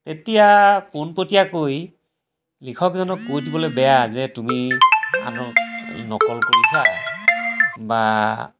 তেতিয়া পোনপটীয়াকৈ লিখকজনক কৈ দিবলৈ বেয়া যে তুমি আনক নকল কৰিছা বা